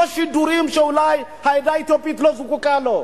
לא שידורים שאולי העדה האתיופית לא זקוקה להם.